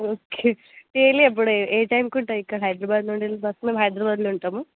okay daily ఎప్పుడు ఏ టైంకి ఉంటారు ఇక్కడ హైదరాబాదులో ఉండే వరకు మేము హైదరాబాద్లో ఉంటాము